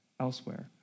elsewhere